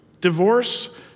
Divorce